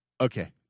Okay